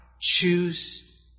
choose